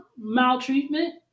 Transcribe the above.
maltreatment